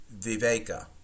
viveka